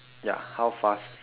ya how fast